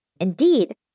Indeed